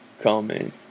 comment